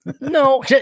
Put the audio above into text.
No